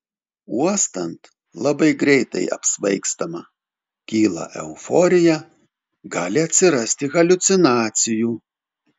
uostant labai greitai apsvaigstama kyla euforija gali atsirasti haliucinacijų